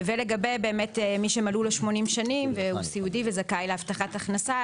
ולגבי באמת מי שמלאו לו 80 שנים והוא סיעודי וזכאי להבטחת הכנסה,